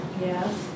Yes